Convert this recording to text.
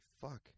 fuck